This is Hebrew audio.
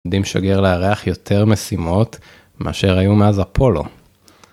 עומדים לשגר לירח יותר משימות מאשר היו מאז אפולו.